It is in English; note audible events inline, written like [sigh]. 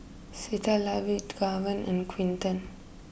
Citlali [unintelligible] Gaven and Quinton